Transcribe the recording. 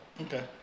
Okay